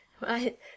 Right